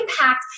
impact